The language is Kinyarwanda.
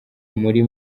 muri